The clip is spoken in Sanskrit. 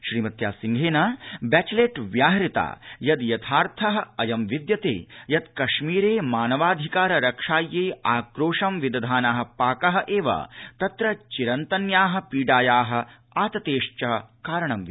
श्रीमत्या सिंहेन बैटलैट व्याहृता यद् यथार्थः अयं विद्यते यत् कश्मीर मानवाधिकार रक्षायै आक्रोशं विदधानः पाकः एव तत्र चिरन्तन्याः पीडायाः आततेश्च कारणं विद्यते